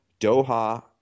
Doha